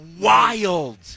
wild